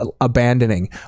abandoning